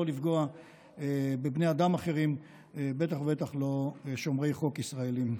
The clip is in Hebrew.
לפגוע בבני אדם אחרים ובטח לא בשומרי חוק ישראלים.